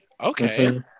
okay